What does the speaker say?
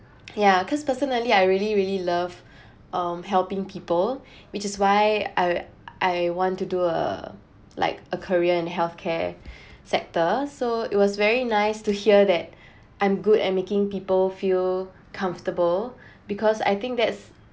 yeah cause personally I really really love um helping people which is why I I want to do uh like a career in health care sector so it was very nice to hear that I'm good at making people feel comfortable because I think that's